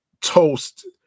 toast